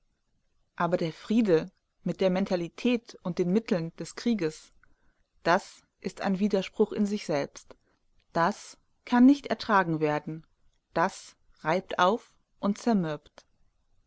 aber der friede mit der mentalität und den mitteln des krieges das ist ein widerspruch in sich selbst das kann nicht ertragen werden das reibt auf und zermürbt